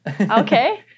okay